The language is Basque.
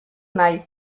nahi